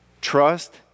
trust